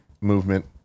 Movement